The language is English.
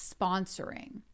sponsoring